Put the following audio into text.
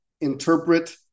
interpret